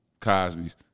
Cosby's